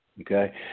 Okay